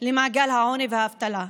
למעגל העוני והאבטלה,